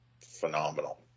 phenomenal